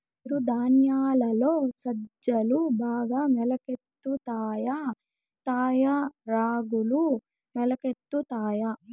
చిరు ధాన్యాలలో సజ్జలు బాగా మొలకెత్తుతాయా తాయా రాగులు మొలకెత్తుతాయా